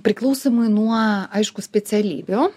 priklausomai nuo aišku specialybių